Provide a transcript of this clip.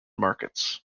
markets